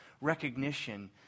recognition